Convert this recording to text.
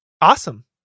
Awesome